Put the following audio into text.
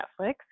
Netflix